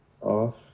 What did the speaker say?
off